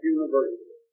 University